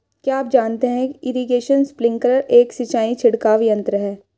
क्या आप जानते है इरीगेशन स्पिंकलर एक सिंचाई छिड़काव यंत्र है?